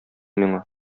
миңа